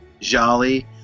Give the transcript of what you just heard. Jolly